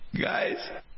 Guys